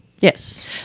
yes